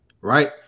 right